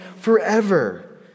forever